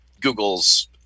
Google's